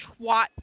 twat